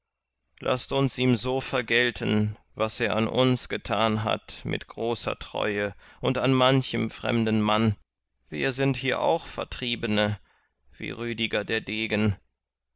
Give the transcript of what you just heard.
laßt uns ihm so vergelten was er an uns getan hat mit großer treue und an manchem fremden mann wir sind hier auch vertriebene wie rüdiger der degen